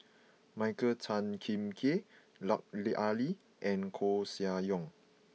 Michael Tan Kim Nei Lut Ali and Koeh Sia Yong